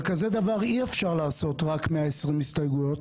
על כזה דבר אי-אפשר לעשות רק 120 הסתייגויות,